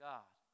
God